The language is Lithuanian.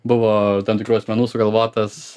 buvo tam tikrų asmenų sugalvotas